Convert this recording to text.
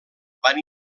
van